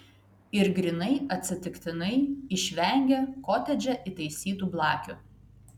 ir grynai atsitiktinai išvengė kotedže įtaisytų blakių